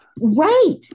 Right